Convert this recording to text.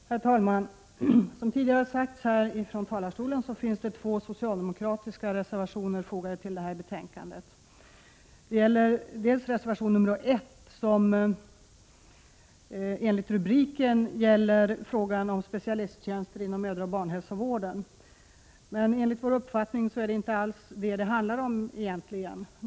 Herr talman! Som tidigare sagts från denna talarstol finns det två socialdemokratiska reservationer fogade till detta betänkande. Reservation nr 1 avser enligt rubriken frågan om specialisttjänster inom mödraoch barnhälsovården. Enligt vår uppfattning handlar det egentligen inte om detta.